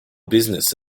business